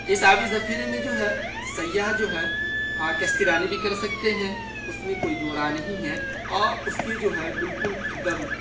اس آبی ذخیرے میں جو ہے سیاح جو ہے ہاں کشتی رانی بھی کر سکتے ہیں اس میں کوئی دو رائے نہیں ہے اور اس کے جو ہے بالکل ایک دم